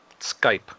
Skype